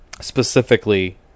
Specifically